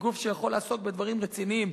כגוף שיכול לעסוק בדברים רציניים.